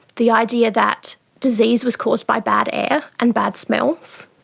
the idea that disease was caused by bad air and bad smells.